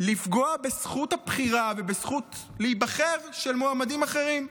לפגוע בזכות הבחירה ובזכות להיבחר של מועמדים אחרים.